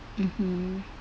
mmhmm